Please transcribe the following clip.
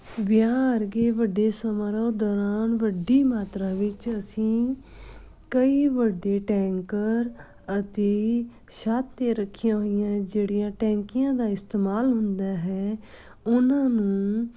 ਵਿਆਹ ਵਰਗੇ ਵੱਡੇ ਸਮਾਰੋਹ ਦੌਰਾਨ ਵੱਡੀ ਮਾਤਰਾ ਵਿੱਚ ਅਸੀਂ ਕਈ ਵੱਡੇ ਟੈਂਕਰ ਅਤੇ ਛੱਤ 'ਤੇ ਰੱਖੀਆਂ ਹੋਈਆਂ ਜਿਹੜੀਆਂ ਟੈਂਕੀਆਂ ਦਾ ਇਸਤੇਮਾਲ ਹੁੰਦਾ ਹੈ ਉਹਨਾਂ ਨੂੰ